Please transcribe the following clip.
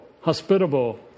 hospitable